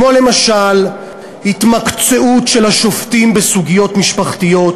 למשל התמקצעות של השופטים בסוגיות משפחתיות,